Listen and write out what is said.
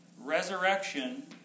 resurrection